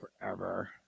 forever